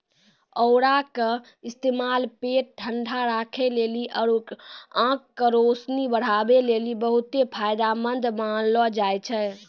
औरा के इस्तेमाल पेट ठंडा राखै लेली आरु आंख के रोशनी बढ़ाबै लेली बहुते फायदामंद मानलो जाय छै